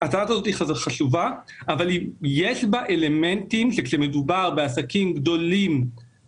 והדבר הזה בעייתי כשמסד הנתונים הזה לא